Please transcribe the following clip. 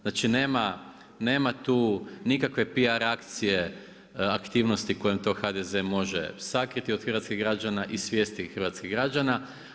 Znači nema tu nikakve PR akcije, aktivnosti kojom to HDZ može sakriti od hrvatskih građana i svijesti hrvatskih građana.